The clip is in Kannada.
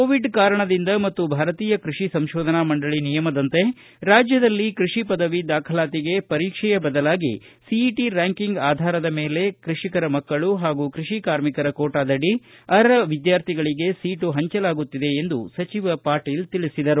ಕೋವಿಡ್ ಕಾರಣದಿಂದ ಮತ್ತು ಭಾರತೀಯ ಕೃಷಿ ಸಂತೋಧನಾ ಮಂಡಳಿ ನಿಯಮದಂತೆ ರಾಜ್ಯದಲ್ಲಿ ಕೃಷಿ ಪದವಿ ದಾಖಲಾತಿಗೆ ಪರೀಕ್ಷೆಯ ಬದಲಾಗಿ ಸಿಇಟಿ ರ್ಕಾಕಿಂಗ್ ಅಧಾರದ ಮೇಲೆ ಕೃಷಿಕರ ಮಕ್ಕಳು ಹಾಗೂ ಕೃಷಿ ಕಾರ್ಮಿಕರ ಕೋಟಾದಡಿ ಅರ್ಹ ವಿದ್ವಾರ್ಥಿಗಳಿಗೆ ಸೀಟು ಹಂಚಲಾಗುತ್ತಿದೆ ಎಂದು ಸಚಿವ ಪಾಟೀಲ್ ತಿಳಿಸಿದರು